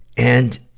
and,